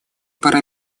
пора